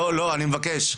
אני מבקש.